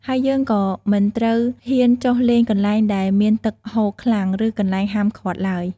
ហើយយើងក៏មិនត្រូវហ៊ានចុះលេងកន្លែងដែលមានទឹកហូរខ្លាំង ឬកន្លែងហាមឃាត់ឡើយ។